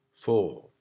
four